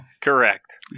correct